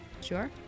Sure